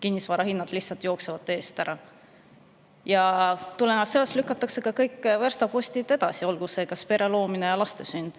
kinnisvara hinnad lihtsalt jooksevad eest ära. Ja tulenevalt sellest lükatakse kõik verstapostid edasi, ka pere loomine ja laste sünd.